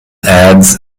ads